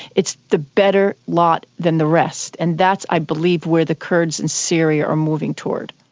it's the better lot than the rest. and that's i believe where the kurds in syria are moving toward.